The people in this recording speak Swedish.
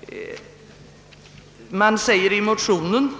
Det framhålls i motionen